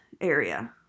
area